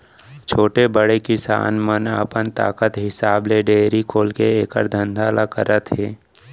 छोटे, बड़े किसान मन अपन ताकत हिसाब ले डेयरी खोलके एकर धंधा ल करत हें